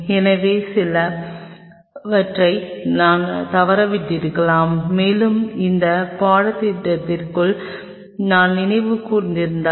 எனவே இவை சிலவற்றை நான் தவறவிட்டிருக்கலாம் மேலும் இந்த பாடத்திட்டத்தின் நான் நினைவு கூர்ந்திருந்தால்